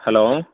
hello